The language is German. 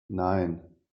nein